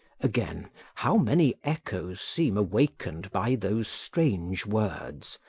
again, how many echoes seem awakened by those strange words,